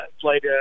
played